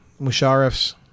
Musharraf's